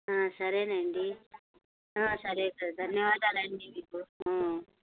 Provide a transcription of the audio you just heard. సరే అండి సరే ధన్యవాదాలండి మీకు